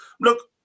look